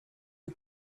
who